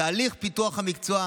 תהליך פיתוח המקצוע,